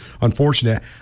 unfortunate